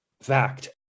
fact